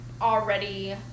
already